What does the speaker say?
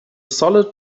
solid